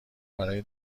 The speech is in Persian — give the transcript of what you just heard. برای